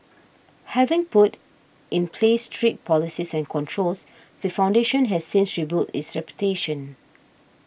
having put in place strict policies and controls the foundation has since rebuilt its reputation